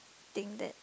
think that